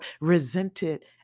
resented